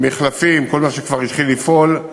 מחלפים, כל מה שכבר התחיל לפעול,